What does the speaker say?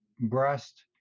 breast